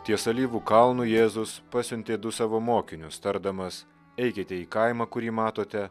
ties alyvų kalnu jėzus pasiuntė du savo mokinius tardamas eikite į kaimą kurį matote